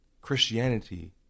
Christianity